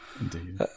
Indeed